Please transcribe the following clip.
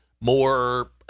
more